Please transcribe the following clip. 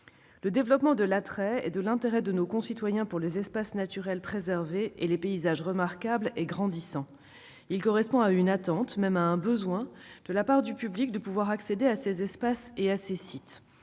Le développement de l'attrait et de l'intérêt de nos concitoyens pour les espaces naturels préservés et les paysages remarquables est grandissant. Il correspond à une attente, et même un besoin, de la part du public de pouvoir accéder à ces espaces et à ces sites.